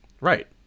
Right